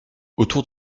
autour